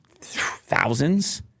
Thousands